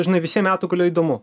žinai visiem metų gale įdomu